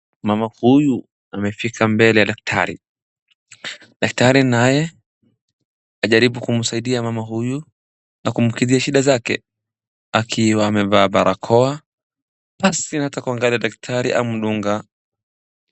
Mama huyu amefika mbele ya daktari. Daktari naye anajaribu kumsaidia mama huyu na kumkidhi shida zake akiwa amevaa barakoa basi ata kuangalia daktari amdunga.